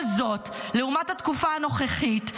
כל זאת לעומת התקופה הנוכחית,